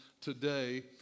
today